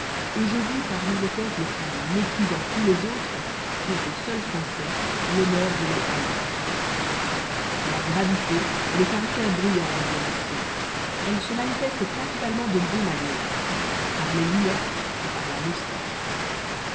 et je vis parmi des peuples qui méprisant tous les autres font aux seuls françois l'honneur de les haïr la gravité est le caractère brillant des deux nations elle se manifeste principalement de deux manières par les lunettes et par la moustache